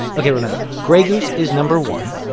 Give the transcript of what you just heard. ok, remember. grey goose is number one.